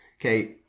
Okay